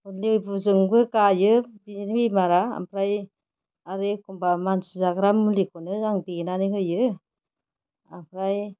लेबुजोंबो गायो बेनि बेमारा आमफ्राय आरो एखमब्ला मानसि जाग्रा मुलिखौनो आं देनानै होयो आमफ्राय